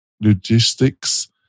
logistics